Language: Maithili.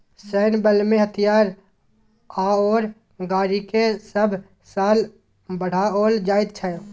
सैन्य बलमें हथियार आओर गाड़ीकेँ सभ साल बढ़ाओल जाइत छै